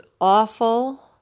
awful